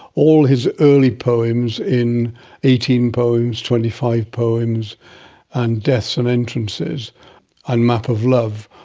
all his early poems in eighteen poems, twenty five poems and deaths and entrances and map of love,